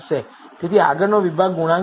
તેથી આગળનો વિભાગ ગુણાંક છે